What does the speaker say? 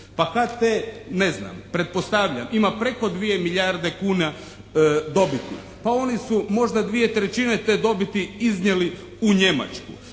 Pa HT, ne znam, pretpostavljam ima preko 2 milijarde kuna dobiti. Pa oni su možda dvije trećine te dobiti iznijeli u Njemačku.